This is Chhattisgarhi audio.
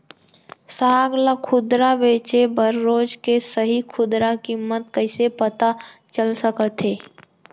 साग ला खुदरा बेचे बर रोज के सही खुदरा किम्मत कइसे पता चल सकत हे?